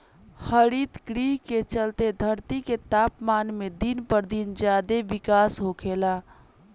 हरितगृह के चलते धरती के तापमान में दिन पर दिन ज्यादे बिकास होखेला